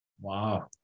Wow